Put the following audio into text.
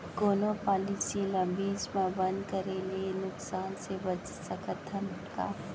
कोनो पॉलिसी ला बीच मा बंद करे ले नुकसान से बचत सकत हन का?